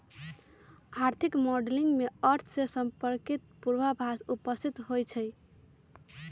आर्थिक मॉडलिंग में अर्थ से संपर्कित पूर्वाभास उपस्थित होइ छइ